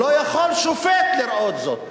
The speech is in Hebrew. לא יכול שופט לראות זאת?